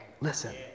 Listen